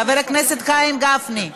חבר הכנסת גפני.